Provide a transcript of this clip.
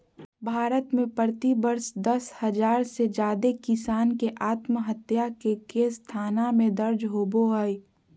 भारत में प्रति वर्ष दस हजार से जादे किसान के आत्महत्या के केस थाना में दर्ज होबो हई